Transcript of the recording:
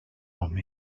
home